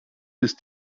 ist